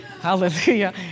Hallelujah